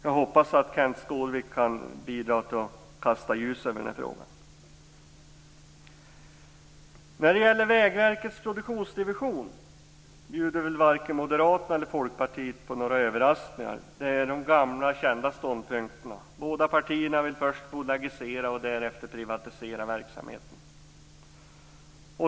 Jag hoppas att Kenth Skårvik kan bidra till att kasta ljus över den här frågan. När det gäller Vägverkets produktionsdivision bjuder varken Moderaterna eller Folkpartiet på några överraskningar. Där gäller de gamla kända ståndpunkterna. Båda partierna vill först bolagisera och därefter privatisera verksamheten.